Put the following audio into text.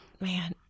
man